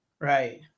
Right